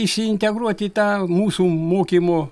įsiintegruot į tą mūsų mokymo